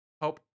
help